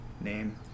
name